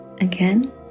Again